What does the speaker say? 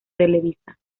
televisa